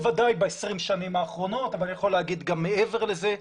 בוודאי ב-20 השנים האחרונות אבל אני יכול לומר גם מעבר לזה.